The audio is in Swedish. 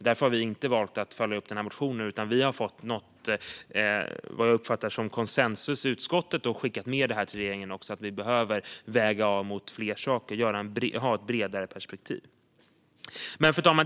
Därför har vi valt att inte följa upp den motionen, utan vi har nått vad jag uppfattar som konsensus i utskottet och skickat med till regeringen att vi behöver väga av mot fler saker och ha ett bredare perspektiv. Fru talman!